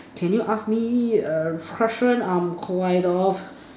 can you ask me a question I am quite of